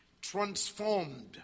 transformed